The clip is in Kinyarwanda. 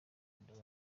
indabo